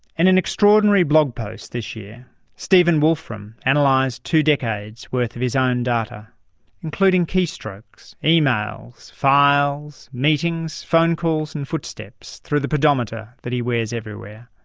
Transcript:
and an extraordinary blog post this year stephen wolfram analysed and like two decades worth of his own data including keystrokes, emails, files, meetings, phone calls and footsteps through the pedometer that he wears everywhere.